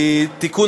(תיקון,